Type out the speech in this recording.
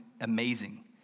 amazing